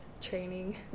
training